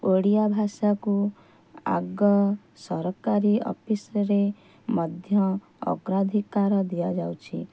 ଓଡ଼ିଆ ଭାଷାକୁ ଆଗ ସରକାରୀ ଅଫିସ୍ରେ ମଧ୍ୟ ଅଗ୍ରାଧିକାର ଦିଆଯାଉଛି